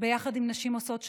ביחד עם נשים עושות שלום,